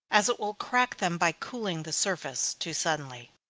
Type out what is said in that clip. as it will crack them by cooling the surface too suddenly.